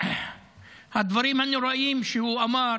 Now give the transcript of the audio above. הדברים הנוראיים שהוא אמר